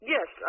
Yes